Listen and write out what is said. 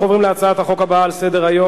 ובכן, הצעת חוק הביטוח הלאומי